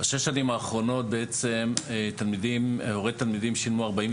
בשש השנים האחרונות הורי התלמידים שילמו 49